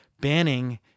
banning